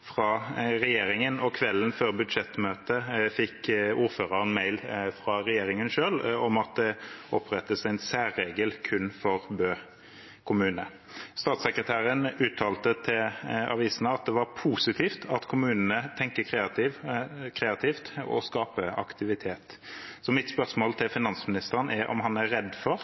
fra regjeringen, og kvelden før budsjettmøtet fikk ordføreren mail fra regjeringen selv om at det opprettes en særregel kun for Bø kommune. Statssekretæren uttalte til avisene at det var positivt at kommunene tenkte kreativt og skapte aktivitet. Så mitt spørsmål til finansministeren er om han er redd for,